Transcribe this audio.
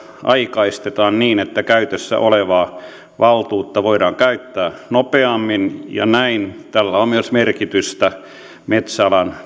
aikaistetaan niin että käytössä olevaa valtuutta voidaan käyttää nopeammin ja näin tällä on merkitystä myös metsäalan